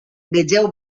vegeu